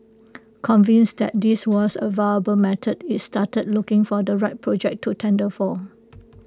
convinced that this was A viable method IT started looking for the right project to tender for